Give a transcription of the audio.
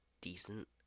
decent